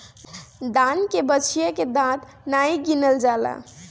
दान के बछिया के दांत नाइ गिनल जाला